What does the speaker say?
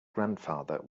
grandfather